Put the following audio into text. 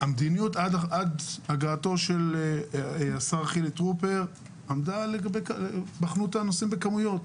עד הגעתו של השר חילי טרופר בחנו את הנושאים בכמויות,